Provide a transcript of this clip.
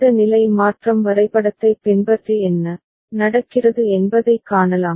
இந்த நிலை மாற்றம் வரைபடத்தைப் பின்பற்றி என்ன நடக்கிறது என்பதைக் காணலாம்